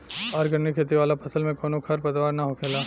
organic खेती वाला फसल में कवनो खर पतवार ना होखेला